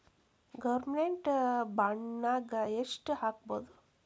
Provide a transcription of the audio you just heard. Government ಬಾಂಡ್ನಾಗ್ ಯೆಷ್ಟ್ ಹಾಕ್ಬೊದು?